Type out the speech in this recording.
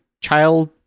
child